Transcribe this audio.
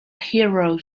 hero